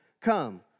Come